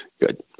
good